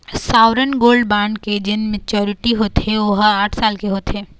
sovereign gold bond के जेन maturity होथे ओहा आठ साल के होथे